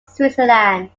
switzerland